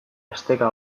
esteka